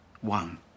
one